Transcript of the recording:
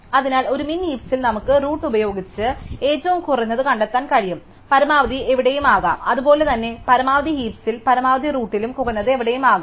അതിനാൽ ഒരു മിൻ ഹീപ്സിൽ നമുക്ക് റൂട്ട് ഉപയോഗിച്ച് ഏറ്റവും കുറഞ്ഞത് കണ്ടെത്താൻ കഴിയും പരമാവധി എവിടെയും ആകാം അതുപോലെ തന്നെ പരമാവധി ഹീപ്സിൽ പരമാവധി റൂട്ടിലും കുറഞ്ഞത് എവിടെയും ആകാം